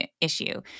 issue